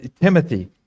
Timothy